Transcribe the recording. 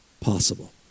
possible